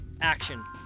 Action